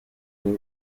w’u